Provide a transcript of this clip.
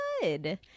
good